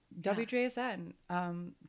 WJSN